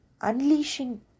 unleashing